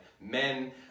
Men